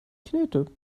knete